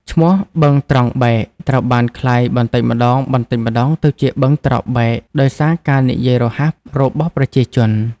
ឈ្មោះ "បឹងត្រង់បែក" ត្រូវបានក្លាយបន្ដិចម្ដងៗទៅជា "បឹងត្របែក" ដោយសារការនិយាយរហ័សរបស់ប្រជាជន។